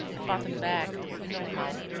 i bought them back. you know how.